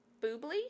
Boobly